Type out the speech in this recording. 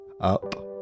up